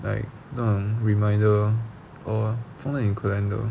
like 那种 reminder or 放在你的 calendar